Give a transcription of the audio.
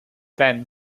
then